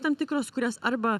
tam tikros kurias arba